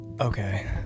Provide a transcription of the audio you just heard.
Okay